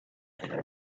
juega